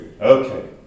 Okay